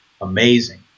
amazing